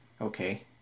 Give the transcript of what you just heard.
okay